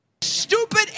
STUPID